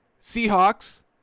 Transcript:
Seahawks